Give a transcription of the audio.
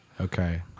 Okay